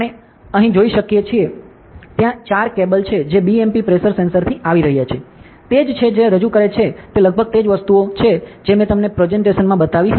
આપણે અહીં જોઈ શકીએ છીએ અને ત્યાં ચાર કેબલ છે જે BMP પ્રેશર સેન્સરથી આવી રહ્યા છે તે જ છે જે રજૂ કરે છે તે લગભગ તે જ વસ્તુ છે જે મેં તમને પ્રેજેંટેશન માં બતાવી હતી